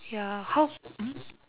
ya house